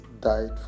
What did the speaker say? died